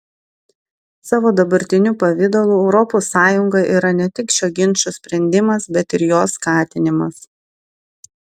savo dabartiniu pavidalu europos sąjunga yra ne tik šio ginčo sprendimas bet ir jo skatinimas